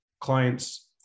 clients